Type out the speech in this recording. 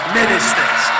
ministers